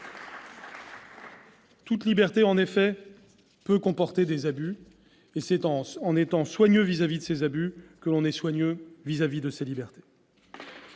Toute liberté, en effet, peut comporter des abus. C'est en étant soigneux vis-à-vis de ces abus que l'on est soigneux vis-à-vis de ces libertés.